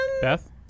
Beth